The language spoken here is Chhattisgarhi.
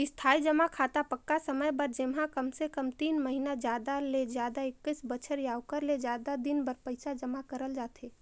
इस्थाई जमा खाता पक्का समय बर जेम्हा कमसे कम तीन महिना जादा ले जादा एक्कीस बछर या ओखर ले जादा दिन बर पइसा जमा करल जाथे